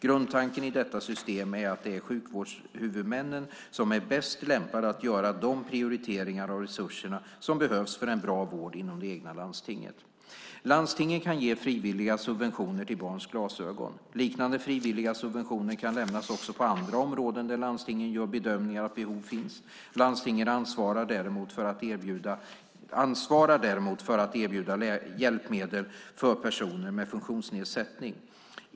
Grundtanken i detta system är att det är sjukvårdshuvudmännen som är bäst lämpade att göra de prioriteringar av resurserna som behövs för en bra vård inom det egna landstinget. Landstingen kan ge frivilliga subventioner till barns glasögon. Liknande frivilliga subventioner kan lämnas också på andra områden där landstingen gör bedömningen att behov finns. Däremot har landstingen ansvar för att erbjuda hjälpmedel för personer med funktionsnedsättning.